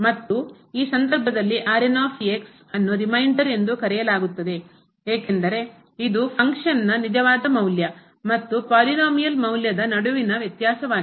ಮತ್ತು ಈ ಸಂದರ್ಭದಲ್ಲಿ ಅನ್ನು ರಿಮೈಂಡರ್ ಎಂದು ಕರೆಯಲಾಗುತ್ತದೆ ಏಕೆಂದರೆ ಇದು ಫಂಕ್ಷನ್ನ ಕಾರ್ಯದ ನಿಜವಾದ ಮೌಲ್ಯ ಮತ್ತು ಪಾಲಿನೋಮಿಯಲ್ ಬಹುಪದದ ಮೌಲ್ಯದ ನಡುವಿನ ವ್ಯತ್ಯಾಸವಾಗಿದೆ